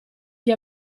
che